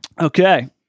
okay